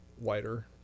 wider